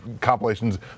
compilations